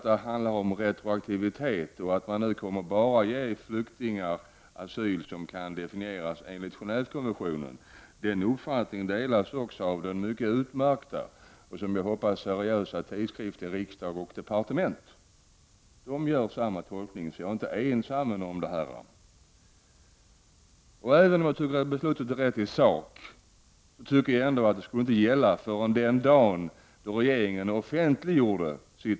Det handlar om retroaktivitet och om att man nu bara kommer att ge asyl till flyktingar som kan definieras enligt Gen&vekonventionen. Den uppfattningen delas också av den mycket utmärkta och, som jag hoppas, seriösa tidskriften Från Riksdag & Departement. Den tidskriften gör samma tolkning, så jag är inte ensam om detta. Även om beslutet är riktigt i sak, tycker jag ändå att det inte skulle gälla förrän den dag regeringen offentliggjorde det.